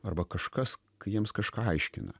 arba kažkas jiems kažką aiškina